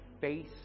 face